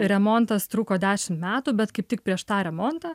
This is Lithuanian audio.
remontas truko dešimt metų bet kaip tik prieš tą remontą